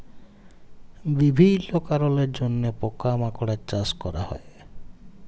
বিভিল্য কারলের জন্হে পকা মাকড়ের চাস ক্যরা হ্যয়ে